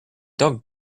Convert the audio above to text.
dog